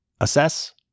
assess